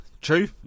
true